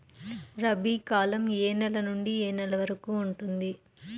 రబీ కాలం ఏ నెల నుండి ఏ నెల వరకు ఉంటుంది?